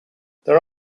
there